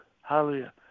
Hallelujah